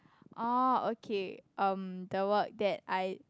orh okay um the word that I